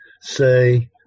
say